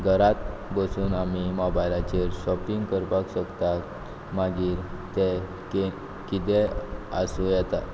घरांत बसून आमी मोबायलाचेर शॉपींग करपाक शकतात मागीर ते कि किदेंय आसूं येता